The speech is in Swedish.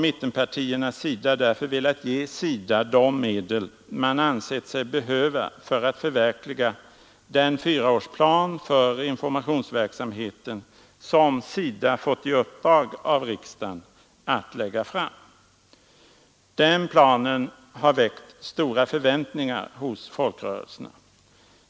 Mittenpartierna har därför velat ge SIDA de medel som man ansett sig behöva för att förverkliga "den fyraårsplan för informationsverksamheten som SIDA fått i uppdrag av riksdagen att lägga fram. Den planen har väckt stora förväntningar hos folkrörelserna.